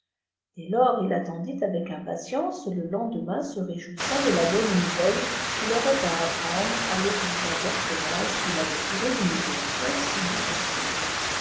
dès lors il attendit avec impatience le lendemain se réjouissant de la bonne nouvelle qu'il aurait à apprendre à l'obligeant personnage qui l'avait tiré d'une position si difficile